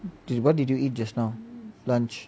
you what did you eat just now lunch